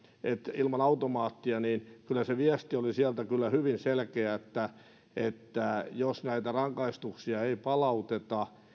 ilman automaattia se viesti oli hyvin selkeä että että jos näitä rangaistuksia ei palauteta